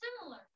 similar